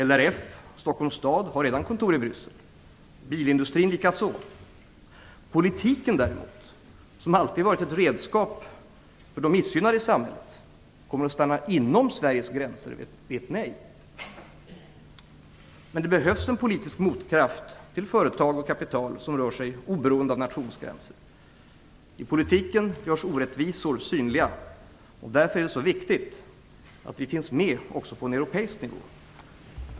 LRF och Stockholms stad har redan kontor i Bryssel, bilindustrin likaså. Politiken däremot, som alltid varit ett redskap för de missgynnade i samhället, kommer att stanna inom Sveriges gränser vid ett nej. Men det behövs en politisk motkraft till företag och kapital som rör sig oberoende av nationsgränser. I politiken görs orättvisor synliga. Därför är det så viktigt att den finns med också på en europeisk nivå.